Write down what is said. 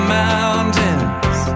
mountains